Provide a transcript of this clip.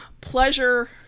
pleasure